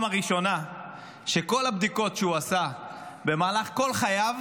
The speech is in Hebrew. הראשונה שכל הבדיקות שהוא עשה במהלך כל חייו